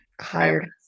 Hired